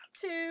two